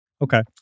Okay